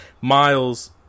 Miles